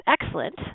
excellent